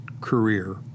career